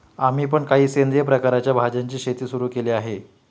आम्ही पण काही सेंद्रिय प्रकारच्या भाज्यांची शेती सुरू केली आहे